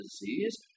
disease